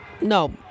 No